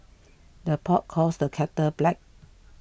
the pot calls the kettle black